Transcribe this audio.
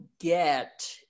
get